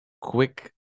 quick